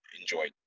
enjoy